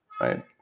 right